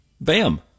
Bam